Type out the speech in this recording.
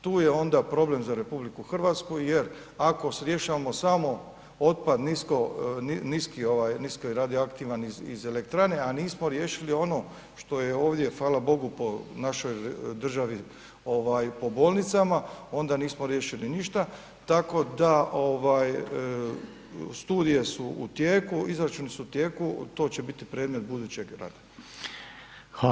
Tu je onda problem za RH jer ako se rješavamo samo otpad niski, ovaj nisko radioaktivan iz elektrane a nismo riješili ono što je ovdje fala bogu po našoj državi, po bolnicama onda nismo riješili ništa, tako da studije su u tijeku, izračuni su u tijeku, to će biti predmet budućeg rada.